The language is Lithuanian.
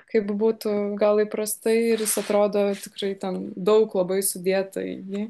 kaip būtų gal įprastai ir atrodo tikrai ten daug labai sudėta į jį